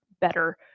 better